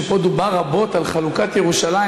שבו דובר רבות על חלוקת ירושלים,